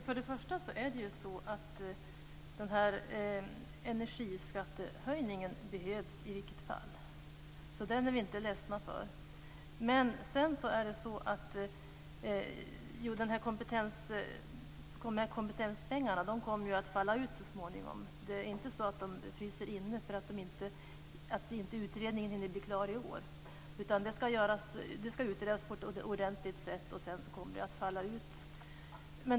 Fru talman! Den här energiskattehöjningen behövs i vilket fall som helst, så vi är inte ledsna för den. De här kompetenspengarna kommer att falla ut så småningom. De fryser inte inne därför att utredningen inte hinner bli klar i år. Det ska utredas på ett ordentligt sätt, och sedan kommer pengarna att falla ut.